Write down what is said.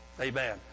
Amen